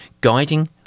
guiding